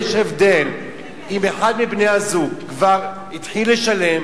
יש הבדל אם אחד מבני-הזוג התחיל לשלם,